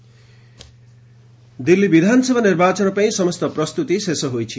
Delhi election Delhi ବିଧାନସଭା ନିର୍ବାଚନ ପାଇଁ ସମସ୍ତ ପ୍ରସ୍ତୁତି ଶେଷ ହୋଇଛି